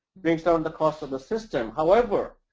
based on the cost of the system. however,